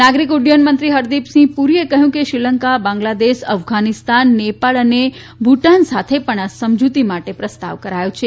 નાગરીક ઉડૃથન મંત્રી હરદીપસિંહ પુરીએ કહયું કે શ્રીલંકા બાંગ્લાદેશ અફઘાનીસ્તાન નેપાળ અને ભુટાન સાથે પણ આ સમજુતી માટે પ્રસ્તાવ કરાયો છે